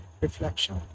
reflection